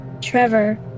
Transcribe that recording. Trevor